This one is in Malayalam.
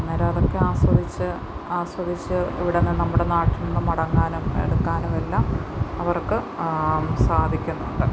അന്നേരം അതൊക്കെ ആസ്വദിച്ച് ആസ്വദിച്ച് ഇവിടെ നിന്ന് നമ്മുടെ നാട്ടിൽ നിന്ന് മടങ്ങാനും എടുക്കാനും എല്ലാം അവർക്ക് സാധിക്കുന്നുണ്ട്